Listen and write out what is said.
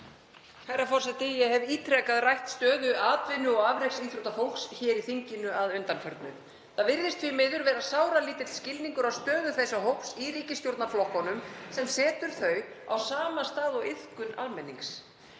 Herra forseti. Ég hef ítrekað rætt stöðu atvinnu- og afreksíþróttafólks hér í þinginu að undanförnu. Það virðist því miður vera sáralítill skilningur á stöðu þessa hóps hjá ríkisstjórnarflokkunum, sem setur þau á sama stað og iðkun almennings.